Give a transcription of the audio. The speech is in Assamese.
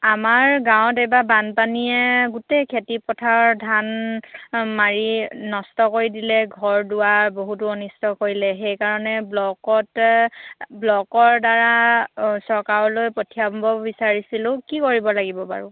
আমাৰ গাঁৱত এইবাৰ বানপানীয়ে গোটেই খেতি পথাৰৰ ধান মাৰি নষ্ট কৰি দিলে ঘৰ দুৱাৰ বহুতো অনিষ্ট কৰিলে সেইকাৰণে ব্লকতে ব্লকৰদ্বাৰা চৰকাৰলৈ পঠিয়াব বিচাৰিছিলোঁ কি কৰিব লাগিব বাৰু